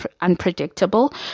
unpredictable